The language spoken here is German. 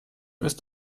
ist